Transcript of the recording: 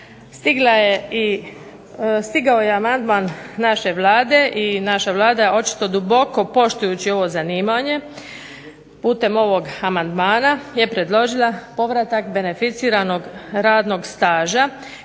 Stigao je i amandman naše Vlade i naša Vlada je očito duboko poštujući ovo zanimanje putem ovog amandmana je predložila povratak beneficiranog radnog staža